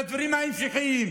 לדברים ההמשכיים.